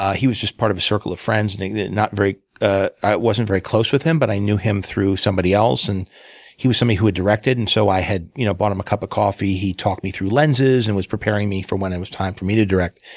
he was just part of a circle of friends. not very ah i wasn't very close with him, but i knew him through somebody else, and he was somebody who had directed, and so i had you know bought him a cup of coffee. he talked me through lenses, and was preparing me for when it was time for me to direct.